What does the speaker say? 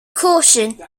caution